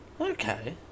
Okay